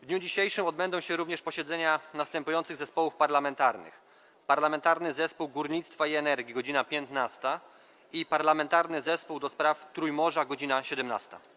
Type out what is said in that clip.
W dniu dzisiejszym odbędą się również posiedzenia następujących zespołów parlamentarnych: - Parlamentarnego Zespołu Górnictwa i Energii - godz. 15, - Parlamentarnego Zespołu ds. Trójmorza - godz. 17.